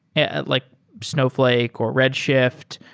and like snowfl ake, or red shift,